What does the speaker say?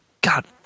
God